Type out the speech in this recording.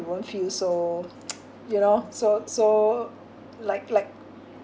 you won't feel so you know so so like like